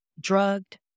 drugged